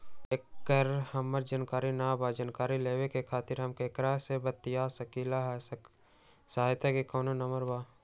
एकर हमरा जानकारी न बा जानकारी लेवे के खातिर हम केकरा से बातिया सकली ह सहायता के कोनो नंबर बा?